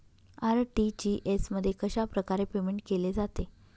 RTGS मध्ये कशाप्रकारे payment केले जाते?